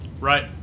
Right